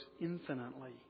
infinitely